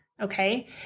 Okay